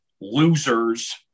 losers